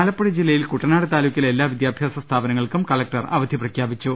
ആലപ്പുഴ ജില്ലയിൽ കുട്ടനാട് താലൂക്കിലെ എല്ലാ വിദ്യാഭ്യാസ സ്ഥാപനങ്ങൾക്കും കലക്ടർ അവധി പ്രഖ്യാപിച്ചു